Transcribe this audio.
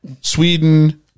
Sweden